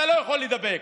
אתה לא יכול להידבק,